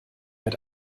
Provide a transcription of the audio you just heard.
mit